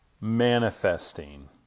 manifesting